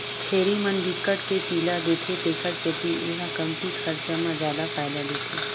छेरी मन बिकट के पिला देथे तेखर सेती ए ह कमती खरचा म जादा फायदा देथे